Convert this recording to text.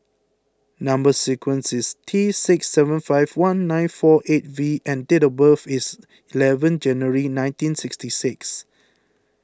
Number Sequence is T six seven five one nine four eight V and date of birth is eleven January nineteen sixty six